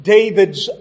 David's